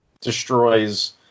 destroys